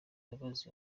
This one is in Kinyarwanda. imbabazi